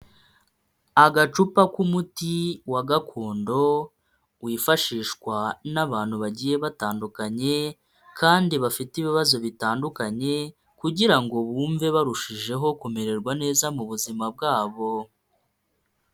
Agacupa k'umuti wa gakondo wifashishwa n'abantu bagiye batandukanye, kandi bafite ibibazo bitandukanye, kugira ngo bumve barushijeho kumererwa neza mu buzima bwabo.